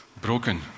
broken